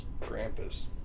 Krampus